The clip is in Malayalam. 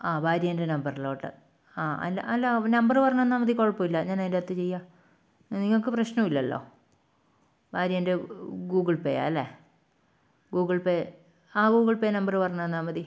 ആ ഭാര്യേൻ്റെ നമ്പറിലോട്ട് ആ അല്ല അല്ല നമ്പറ് പറഞ്ഞുതന്നാൽ മതി കുഴപ്പമില്ല ഞാൻ അതിന്റെയകത്ത് ചെയ്യാം നിങ്ങൾക്ക് പ്രശ്നം ഇല്ലല്ലൊ ഭാര്യേൻ്റെ ഗൂഗിൾ പേയാ അല്ലെ ഗൂഗിൾ പേ ആ ഗൂഗിൾ പേ നമ്പറ് പറഞ്ഞുതന്നാൽ മതി